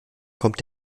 kommt